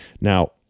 Now